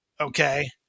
Okay